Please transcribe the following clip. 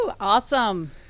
Awesome